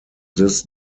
this